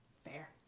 Fair